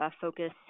focus